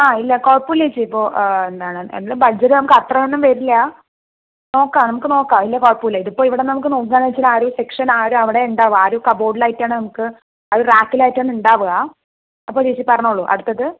ആ ഇല്ല കുഴപ്പമില്ല ചേച്ചി ഇപ്പോൾ എന്താണ് അല്ലെങ്കിലും ബഡ്ജറ്റ് നമുക്ക് അത്രയൊന്നും വരില്ലാ നോക്കാം നമുക്ക് നോക്കാം ഇല്ലെങ്കിൽ കുഴപ്പമില്ല ഇതിപ്പോൾ ഇവിടെ നമുക്ക് നോക്കുകയാണേ ഇച്ചിരി സെക്ഷൻ ആ ഒരു അവിടെയുണ്ടാവുക ആ ഒരു കബോർഡിലായിട്ടാണ് നമുക്ക് അത് റാക്കിലായിട്ടാണ് ഉണ്ടാവുക അപ്പോൾ ചേച്ചി പറഞ്ഞോളു അടുത്തത്